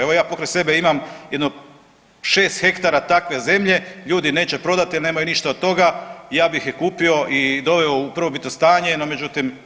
Evo ja pokraj sebe imam jedno 6 hektara takve zemlje, ljudi neće prodati jer nemaju ništa od toga, ja bih je kupio i doveo u prvobitno stanje no međutim nemoguće.